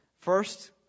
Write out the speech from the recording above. First